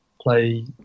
play